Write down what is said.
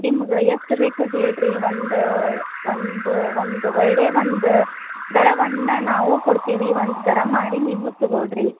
ನಿಮ್ಗೆ ಎಷ್ಟು ಬೇಕು ಹೇಳಿರಿ ಒಂದು ಒಂದು ಒಂದು ಒಳ್ಳೆಯ ಒಂದು ದರವನ್ನು ನಾವು ಕೊಡ್ತೀವಿ ಒಂದು ದರ ಮಾಡಿ ನೀವು ತೊಗೊಳ್ರಿ